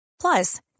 Plus